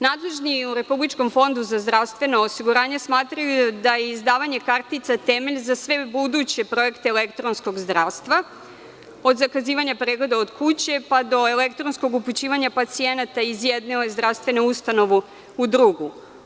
Nadležni u Republičkom fondu za zdravstveno osiguranje smatraju da je izdavanje kartica temelj za sve buduće projekte elektronskog zdravstva, od zakazivanja pregleda od kuće, pa do elektronskog upućivanja pacijenata iz jedne zdravstvene ustanove u drugu.